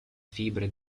fibre